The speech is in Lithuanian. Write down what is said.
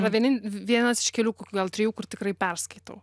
va vienin vienas iš kelių kokių gal trijų kur tikrai perskaitau